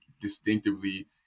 distinctively